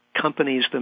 companies